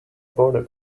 border